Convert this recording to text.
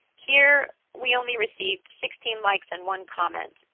here we only received sixteen likes and one comment.